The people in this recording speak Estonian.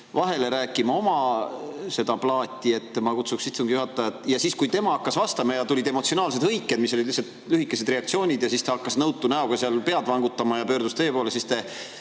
vahele rääkima seda oma plaati. Ma kutsuksin istungi juhatajat üles … Ja siis, kui tema hakkas vastama ja tulid emotsionaalsed hõiked, mis olid lihtsalt lühikesed reaktsioonid, siis ta hakkas nõutu näoga pead vangutama ja pöördus teie poole. Siis te